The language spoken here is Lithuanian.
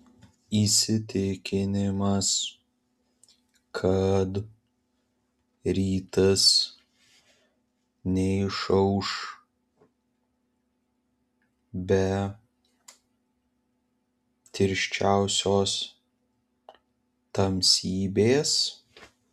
įsitikinimas kad rytas neišauš be tirščiausios tamsybės